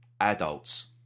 adults